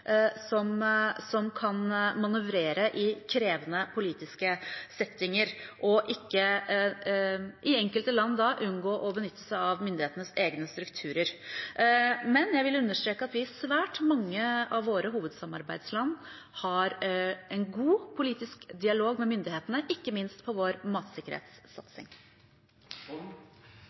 som kan manøvrere i krevende politiske settinger, og i enkelte land da unngå å benytte seg av myndighetenes egne strukturer. Men jeg vil understreke at vi i svært mange av våre hovedsamarbeidsland har en god politisk dialog med myndighetene, ikke minst på vår